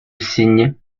cygne